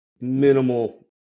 minimal